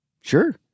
Sure